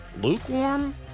lukewarm